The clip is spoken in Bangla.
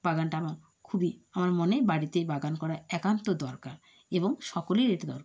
বাগানটা আমার খুবই আমার মনে বাড়িতে বাগান করা একান্ত দরকার এবং সকলের এটি দরকার